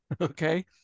okay